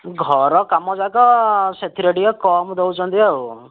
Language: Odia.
ଘର କାମ ଯାକ ସେଥିରେ ଟିକେ କମ୍ ଦେଉଛନ୍ତି ଆଉ